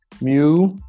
Mu